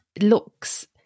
looks